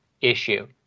issue